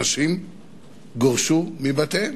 אנשים גורשו מבתיהם.